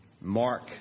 Mark